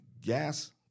gas